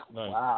Wow